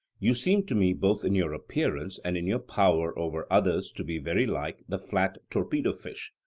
you seem to me both in your appearance and in your power over others to be very like the flat torpedo fish,